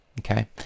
okay